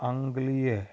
आङ्ग्लीय